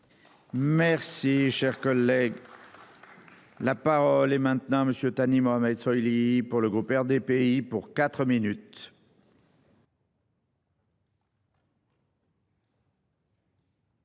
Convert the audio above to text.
Merci cher collègue. La parole est maintenant monsieur Thani Mohamed Soihili pour le groupe RDPI pour 4 minutes.